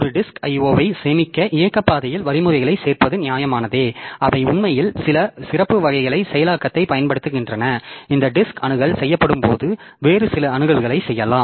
ஒரு disk IO வைச் சேமிக்க இயக்க பாதையில் வழிமுறைகளைச் சேர்ப்பது நியாயமானதே அவை உண்மையில் சில சிறப்பு வகை செயலாக்கத்தைப் பயன்படுத்துகின்றன இந்த டிஸ்க் அணுகல் செய்யப்படும்போது வேறு சில அணுகல்களைச் செய்யலாம்